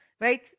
Right